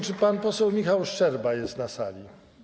Czy pan poseł Michał Szczerba jest na sali?